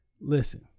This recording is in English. listen